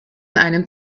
einem